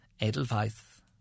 Edelweiss